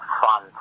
fun